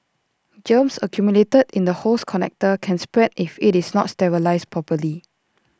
germs accumulated in the hose connector can spread if IT is not sterilised properly